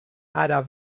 ara